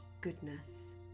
goodness